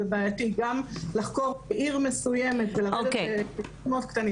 זה בעייתי גם לחקור עיר מסוימת ו- -- מאוד קטנים,